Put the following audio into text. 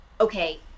okay